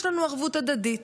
יש לנו ערבות הדדית.